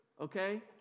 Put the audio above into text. okay